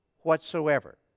whatsoever